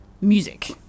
music